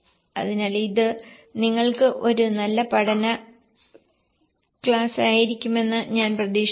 അതിനാൽ ഇത് നിങ്ങൾക്ക് ഒരു നല്ല പഠന കേസ് ആയിരിക്കുമെന്ന് ഞാൻ പ്രതീക്ഷിക്കുന്നു